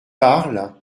parle